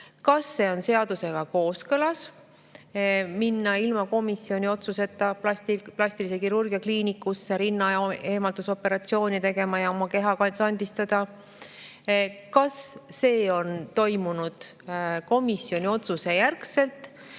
kas on seadusega kooskõlas minna ilma komisjoni otsuseta plastilise kirurgia kliinikusse rinnaeemaldusoperatsiooni tegema ja oma keha sandistada. Kas see toimub komisjoni otsuse järgselt